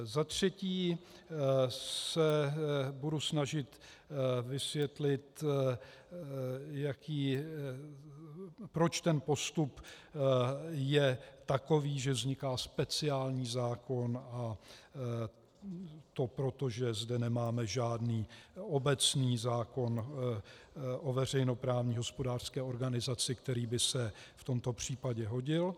Za třetí se budu snažit vysvětlit, proč ten postup je takový, že vzniká speciální zákon, a to proto, že zde nemáme žádný obecný zákon o veřejnoprávní hospodářské organizaci, který by se v tomto případě hodil.